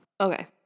Okay